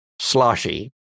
Sloshy